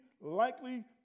likely